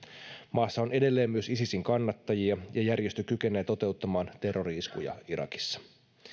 maassa on edelleen myös isisin kannattajia ja järjestö kykenee toteuttamaan terrori iskuja irakissa